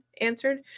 answered